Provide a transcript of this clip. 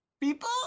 people